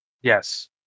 Yes